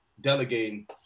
delegating